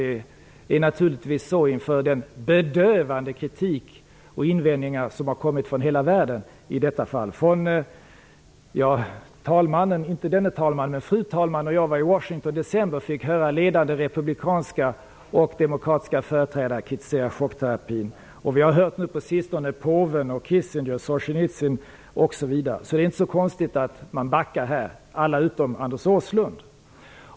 Det har naturligtvis skett efter den bedövande kritik och de invändningar som har kommit från hela världen. Fru talman och jag besökte Washington i december. Där fick vi höra ledande republikanska och demokratiska företrädare kritisera chockterapin. Kritik har bl.a. kommit från påven, Kissinger och Solzjenitzyn. Det är alltså inte så konstigt att man backar i den här frågan. Det gäller alla utom Anders Åslund.